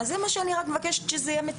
זה מה שאני מבקשת שיצוין.